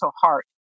heart